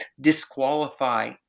disqualify